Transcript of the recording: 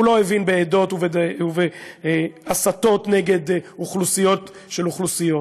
הוא לא הבין בעדות ובהסתות נגד אוכלוסיות של אוכלוסיות,